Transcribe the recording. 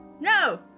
no